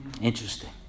Interesting